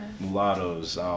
mulattoes